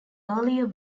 earlier